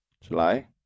July